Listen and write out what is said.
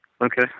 Okay